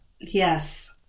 Yes